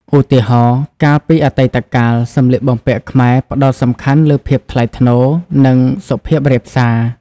ឧទាហរណ៍ កាលពីអតីតកាល សម្លៀកបំពាក់ខ្មែរផ្តោតសំខាន់លើភាពថ្លៃថ្នូរ និងសុភាពរាបសារ។